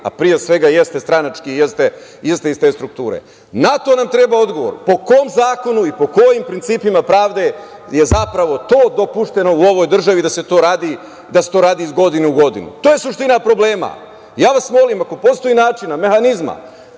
a pre svega jeste stranački i jeste iz te strukture, na to nam treba odgovor po kom zakonu i po kojim principima pravde je, zapravo, to dopušteno u ovoj državi da se to radi iz godine u godinu. To je suština problema. Ja vas molim, ako postoji načina, mehanzima,